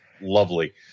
lovely